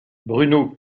bruno